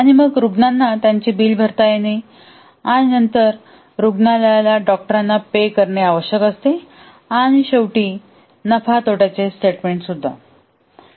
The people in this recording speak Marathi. आणि मग रुग्णांना त्यांचे बिल भरता येणे आणि नंतर रुग्णालयाला डॉक्टरांना पे करणे आवश्यक आहे आणि शेवटी नफा तोट्याचे स्टेटमेंट्स आहे